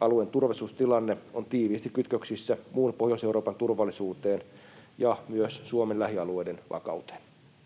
Alueen turvallisuustilanne on tiiviisti kytköksissä muun Pohjois-Euroopan turvallisuuteen ja myös Suomen lähialueiden vakauteen.